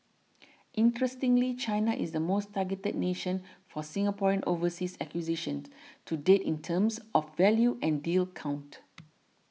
interestingly China is the most targeted nation for Singaporean overseas acquisitions to date in terms of value and deal count